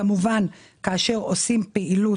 כמובן שכאשר עושים פעילות